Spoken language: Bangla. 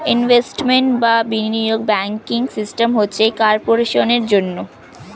ইনভেস্টমেন্ট বা বিনিয়োগ ব্যাংকিং সিস্টেম হচ্ছে কর্পোরেশনের জন্যে